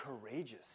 courageous